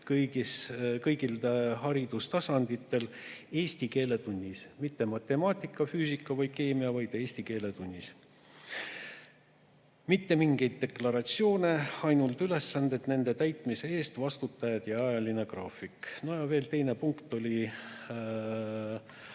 kõigil haridustasanditel eesti keele tunnis – mitte matemaatika‑, füüsika‑ ega keemiatunnis, vaid eesti keele tunnis. Mitte mingeid deklaratsioone, vaid ainult ülesanded, nende täitmise eest vastutajad ja ajaline graafik. Ettepaneku teine punkt oli